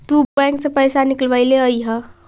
तु बैंक से पइसा निकलबएले अइअहिं